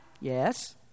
Yes